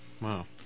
Wow